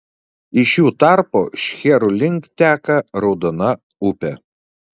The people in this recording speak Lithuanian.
iš jų tarpo šcherų link teka raudona upė